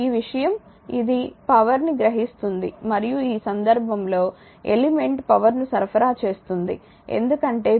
ఈ విషయం ఇది పవర్ ని గ్రహిస్తుంది మరియు ఈ సందర్భంలో ఎలిమెంట్ పవర్ ను సరఫరా చేస్తుంది ఎందుకంటే p v i